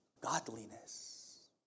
godliness